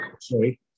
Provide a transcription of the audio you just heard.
Sorry